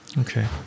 Okay